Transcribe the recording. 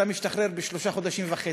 אתה משתחרר בשלושה חודשים וחצי.